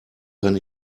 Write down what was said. kann